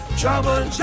trouble